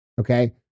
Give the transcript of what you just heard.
Okay